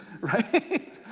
right